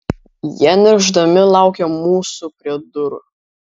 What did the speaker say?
jie niršdami laukė mūsų prie durų